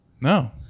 No